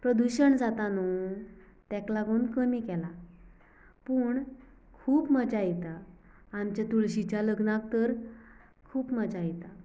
प्रदुशण जाता न्हय ताका लागून कमी केलां पूण खूब मजा येता आमच्या तुळशींच्या लग्नाक तर खूब मजा येतां